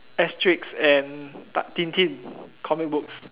Asterix and Tintin comic books